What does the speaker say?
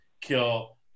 kill